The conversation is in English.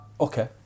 Okay